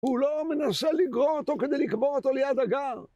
הוא לא מנסה לגרור אותו כדי לקבור אותו ליד הגר.